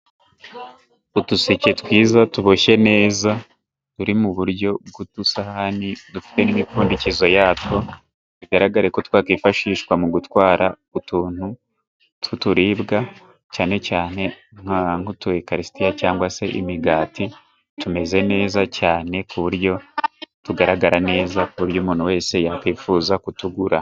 Uduseke twiza tuboshye neza turi mu buryo bw'udusahani dufite n'imipfundikizo yatwo. Bigaragare ko twakwifashishwa mu gutwara utuntu tw'uturibwa cyane cyane nk'utukarisitiya, cyangwa se imigati. Tumeze neza cyane ku buryo tugaragara neza, ku buryo umuntu wese yakwifuza kutugura.